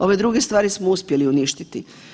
Ove druge stvari smo uspjeli uništiti.